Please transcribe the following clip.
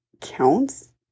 counts